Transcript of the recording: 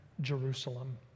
Jerusalem